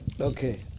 Okay